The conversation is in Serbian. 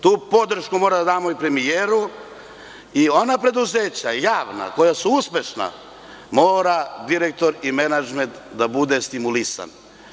Tu podršku moramo da damo i premijeru i ona preduzeća javna koja su uspešna mora direktora i menadžment da stimuliše.